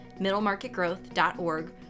middlemarketgrowth.org